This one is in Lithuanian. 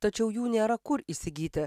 tačiau jų nėra kur įsigyti